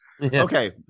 okay